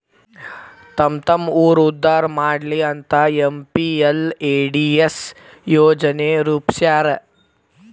ತಮ್ಮ್ತಮ್ಮ ಊರ್ ಉದ್ದಾರಾ ಮಾಡ್ಲಿ ಅಂತ ಎಂ.ಪಿ.ಎಲ್.ಎ.ಡಿ.ಎಸ್ ಯೋಜನಾ ರೂಪ್ಸ್ಯಾರ